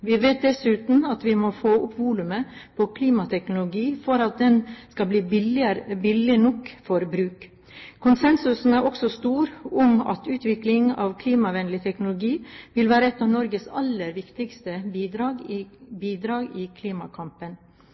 Vi vet dessuten at vi må få opp volumet på klimateknologi for at den skal bli billig nok for bruk. Konsensusen er også stor om at utvikling av klimavennlig teknologi vil være et av Norges aller viktigste bidrag i klimakampen. I